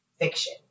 fiction